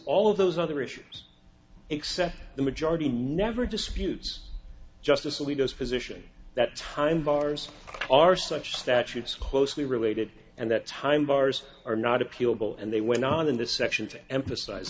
all of those other issues except the majority never disputes justice alito position that time bars are such statutes closely related and that time bars are not appealable and they went on in this section to emphasize